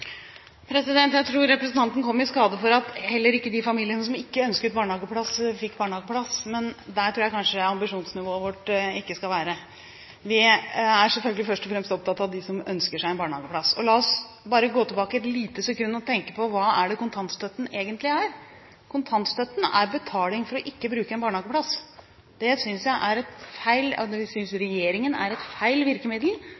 Jeg tror representanten kom i skade for å si at heller ikke de familiene som ikke ønsket barnehageplass, fikk barnehageplass. Men der tror jeg kanskje ikke ambisjonsnivået vårt skal være. Vi er selvfølgelig først og fremst opptatt av dem som ønsker seg en barnehageplass. La oss bare gå tilbake et lite sekund og tenke på hva kontantstøtten egentlig er. Kontantstøtten er betaling for ikke å bruke en barnehageplass. Det synes regjeringen er et feil virkemiddel, fordi veldig mange barn har utbytte av å gå i barnehage. Det